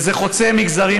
וזה חוצה מגזרים,